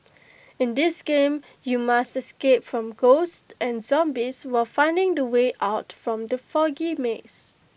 in this game you must escape from ghosts and zombies while finding the way out from the foggy maze